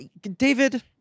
david